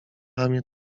ramię